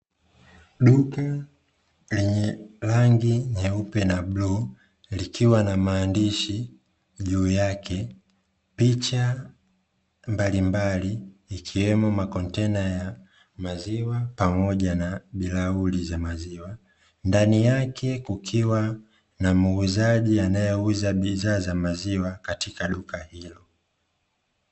Duka lenye rangi nyeupe na bluu, likiwa na maandishi juu yake. Picha mbalimbali ikiwemo makontena ya maziwa pamoja na bilauri za maziwa. Ndani yake kukiwa na muuzaji anayeuza bidhaa za maziwa katika duka hilo.